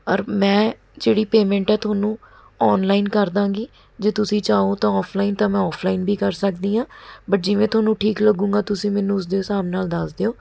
ਔਰ ਮੈਂ ਜਿਹੜੀ ਪੇਮੈਂਟ ਆ ਤੁਹਾਨੂੰ ਔਨਲਾਈਨ ਕਰ ਦਾਂਗੀ ਜੇ ਤੁਸੀਂ ਚਾਹੋ ਤਾਂ ਔਫਲਾਈਨ ਤਾਂ ਮੈਂ ਔਫਲਾਈਨ ਵੀ ਕਰ ਸਕਦੀ ਹਾਂ ਬਟ ਜਿਵੇਂ ਤੁਹਾਨੂੰ ਠੀਕ ਲੱਗੇਗਾ ਤੁਸੀਂ ਮੈਨੂੰ ਉਸਦੇ ਹਿਸਾਬ ਨਾਲ਼ ਦੱਸ ਦਿਓ